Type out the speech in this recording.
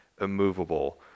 immovable